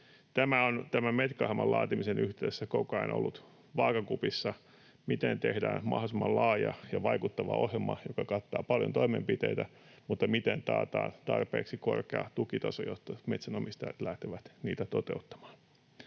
Tämä on tämän Metka-ohjelman laatimisen yhteydessä koko ajan ollut vaakakupissa: miten tehdään mahdollisimman laaja ja vaikuttava ohjelma, joka kattaa paljon toimenpiteitä, mutta miten taataan tarpeeksi korkea tukitaso, jotta metsänomistajat lähtevät niitä toteuttamaan.